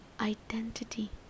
identity